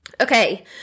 Okay